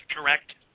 correct